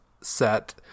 set